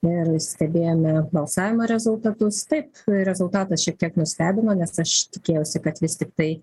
ir stebėjome balsavimo rezultatus taip rezultatas šiek tiek nustebino nes aš tikėjausi kad vis tiktai